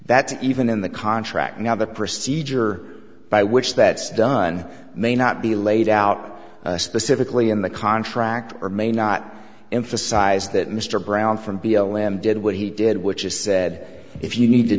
that even in the contract you have a procedure by which that done may not be laid out specifically in the contract or may not emphasize that mr brown from b l m did what he did which is said if you need to